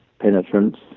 penetrance